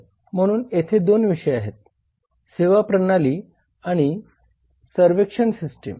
म्हणून येथे 2 विषय आहेत सेवा प्रणाली आणि सर्वक्शन सिस्टम